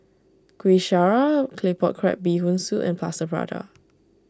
Kuih Syara Claypot Crab Bee Hoon Soup and Plaster Prata